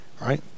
Right